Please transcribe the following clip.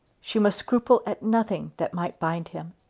she must scruple at nothing that might bind him.